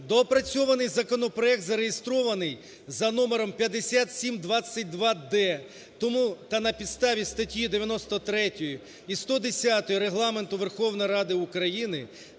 Доопрацьований законопроект зареєстрований за номером 5722д. Тому… Та на підставі статті 93 і 110 Регламенту Верховної Ради України